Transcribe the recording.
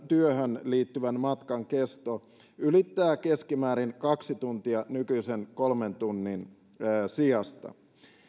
työhön liittyvän matkan kesto ylittää keskimäärin kaksi tuntia nykyisen kolmen tunnin sijasta